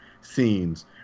scenes